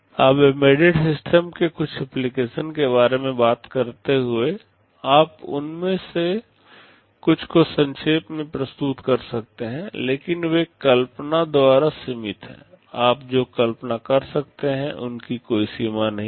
अब embedded system के कुछ एप्लीकेशन के बारे में बात करते हुए आप उनमें से कुछ को संक्षेप में प्रस्तुत कर सकते हैं लेकिन वे कल्पना द्वारा सीमित हैं आप जो कल्पना कर सकते हैं उसकी कोई सीमा नहीं है